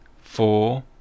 four